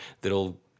That'll